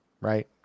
right